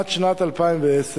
עד שנת 2010,